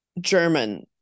German